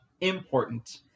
important